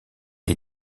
est